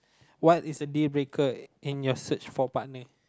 what is the deal breaker in your search for partner